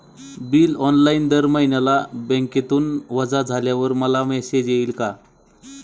Bill online दर महिन्याला बँकेतून वजा झाल्यावर मला मेसेज येईल का?